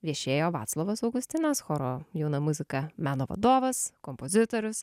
viešėjo vaclovas augustinas choro jauna muzika meno vadovas kompozitorius